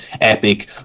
epic